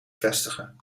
vestigen